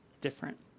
different